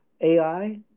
AI